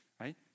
right